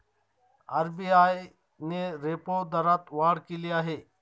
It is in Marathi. आर.बी.आय ने रेपो दरात वाढ केली आहे